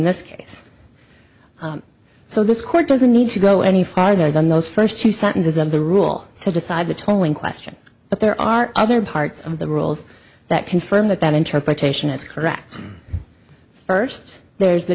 this case so this court doesn't need to go any farther than those first two sentences of the rule so decide the tolling question but there are other parts of the rules that confirm that that interpretation is correct first there's the